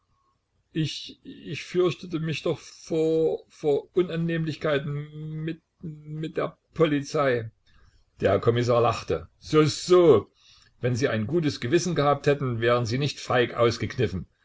ich ich fürchtete mich doch vor vor unannehmlichkeiten mit mit der polizei der kommissar lachte so so wenn sie ein gutes gewissen gehabt hätten wären sie nicht feig